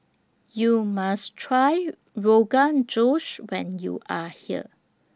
YOU must Try Rogan Josh when YOU Are here